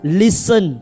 listen